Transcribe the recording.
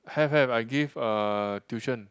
have have I give uh tuition